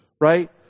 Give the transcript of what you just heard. Right